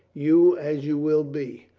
you as you will be!